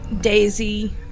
Daisy